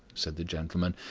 said the gentleman,